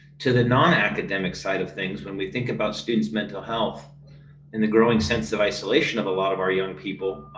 to the non academic side of things, when we think about students mental health in the growing sense of isolation of a lot of our young people,